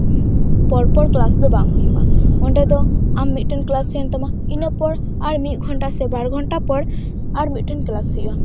ᱯᱚᱨ ᱯᱚᱨ ᱠᱞᱟᱥ ᱫᱚ ᱵᱟᱝ ᱦᱩᱭᱩᱜᱼᱟ ᱚᱸᱰᱮ ᱫᱚ ᱟᱢ ᱢᱤᱫᱴᱮᱱ ᱠᱞᱟᱥ ᱛᱟᱦᱮᱱ ᱛᱟᱢᱟ ᱤᱱᱟᱹᱯᱚᱨ ᱟᱨ ᱢᱤᱫ ᱜᱷᱚᱱᱴᱟ ᱥᱮ ᱵᱟᱨ ᱜᱷᱚᱱᱴᱟ ᱯᱚᱨ ᱟᱨ ᱢᱤᱫᱴᱮᱱ ᱠᱞᱟᱥ ᱦᱩᱭᱩᱜᱼᱟ